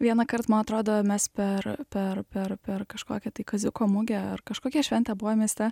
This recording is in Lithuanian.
vienąkart man atrodo mes per per per per kažkokią tai kaziuko mugę ar kažkokią šventę buvom mieste